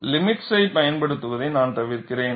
எனவே லிமிட்ஸை பயன்படுத்துவதை நான் தவிர்க்கிறேன்